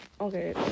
Okay